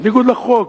בניגוד לחוק,